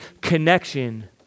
connection